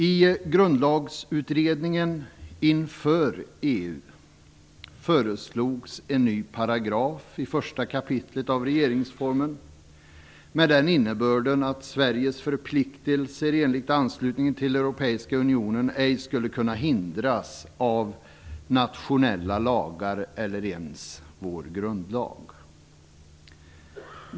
I Grundlagsutredningen inför EU föreslogs en ny paragraf i 1 kap. regeringsformen, med den innebörden att Sveriges förpliktelser enligt anslutningen till Europeiska unionen ej skulle kunna hindras av nationella lagar eller ens vår grundlag.